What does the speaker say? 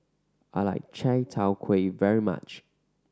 I like Chai Tow Kuay very much